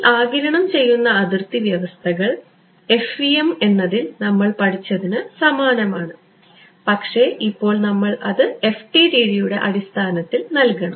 ഈ ആഗിരണം ചെയ്യുന്ന അതിർത്തി വ്യവസ്ഥകൾ FEM എന്നതിൽ നമ്മൾ പഠിച്ചതിന് സമാനമാണ് പക്ഷേ ഇപ്പോൾ നമ്മൾ അത് FDTD യുടെ അടിസ്ഥാനത്തിൽ നൽകണം